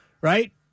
right